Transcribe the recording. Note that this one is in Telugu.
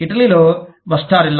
ఇటలీలో బస్టారెల్లా